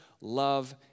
love